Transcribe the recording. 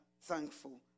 thankful